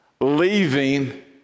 leaving